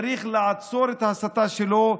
צריך לעצור את ההסתה שלו,